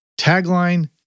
Tagline